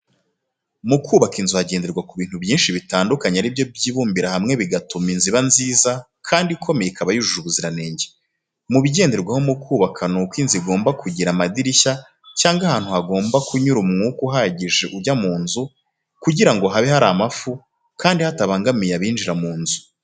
Mu kubaka inzu hagenderwa ku bintu byinshi bitandukanye ari byo byibumbira hakwe bigatuma inzu iba nziza kandi ikomeye ikaba yujuye ubuziranenge. Mu bigenderwaho mu kubaka n'uko inzu igomba kugira amadirishya cyangwa ahantu hagomba kunyura umwuka uhagije ujya mu nzu kugira ngo habe hari amafu kandi hatabangamiye abinjira mu nzu.